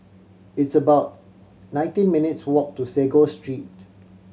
it's about nineteen minutes' walk to Sago Street